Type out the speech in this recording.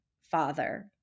father